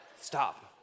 Stop